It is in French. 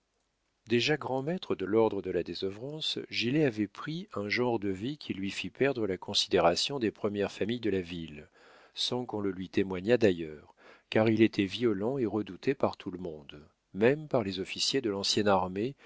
déjà grand-maître de l'ordre de la désœuvrance gilet avait pris un genre de vie qui lui fit perdre la considération des premières familles de la ville sans qu'on le lui témoignât d'ailleurs car il était violent et redouté par tout le monde même par les officiers de l'ancienne